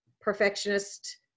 perfectionist